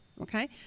Okay